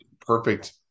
perfect